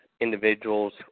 individuals